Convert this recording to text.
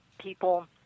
People